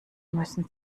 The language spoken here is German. müssen